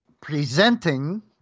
presenting